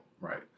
Right